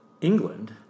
England